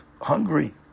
hungry